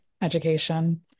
education